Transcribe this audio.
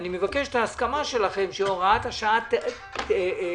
אני מבקש את ההסכמה שלכם שהוראת השעה תוארך